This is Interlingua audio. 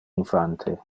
infante